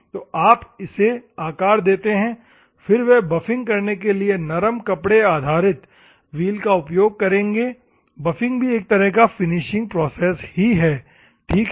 तो आप इसे आकार देते हैं फिर वे बफ़िंग करने के लिए नरम कपड़े आधारित व्हील का उपयोग करेंगे बफ़िंग भी एक तरह का फिनिशिंग ही है ठीक है